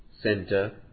Center